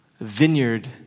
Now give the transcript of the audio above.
vineyard